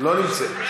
לא נמצאת.